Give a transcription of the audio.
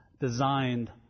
designed